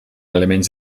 elements